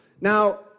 Now